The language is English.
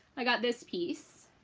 i got this piece,